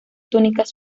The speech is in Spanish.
túnicas